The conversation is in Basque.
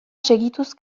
segituz